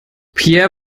peer